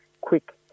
quick